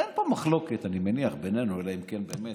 הרי אין פה מחלוקת, אני מניח, בינינו, באמת,